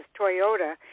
Toyota